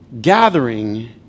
Gathering